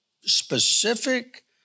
specific